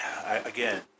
Again